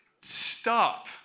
stop